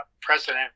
president